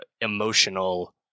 emotional